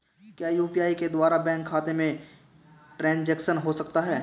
क्या यू.पी.आई के द्वारा बैंक खाते में ट्रैन्ज़ैक्शन हो सकता है?